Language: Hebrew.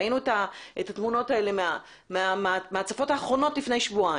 ראינו את התמונות האלה מההצפות האחרונות שהיו לפני שבועיים.